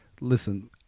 listen